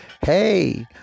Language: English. Hey